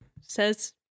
says